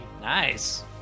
Nice